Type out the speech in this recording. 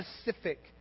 specific